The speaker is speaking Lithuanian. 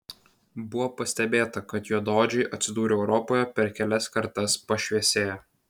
buvo pastebėta kad juodaodžiai atsidūrę europoje per kelias kartas pašviesėja